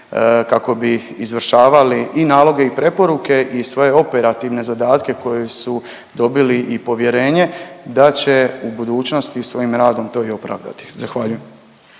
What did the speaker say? kako bi izvršavali i naloge i preporuke i svoje operativne zadatke koje su dobili i povjerenje da će u budućnosti svojim radom to i opravdati, zahvaljujem.